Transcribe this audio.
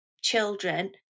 children